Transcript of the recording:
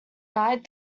night